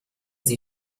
sie